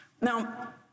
Now